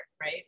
right